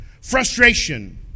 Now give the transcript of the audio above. Frustration